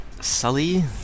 Sully